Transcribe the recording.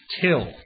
till